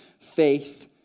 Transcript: faith